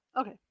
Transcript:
Okay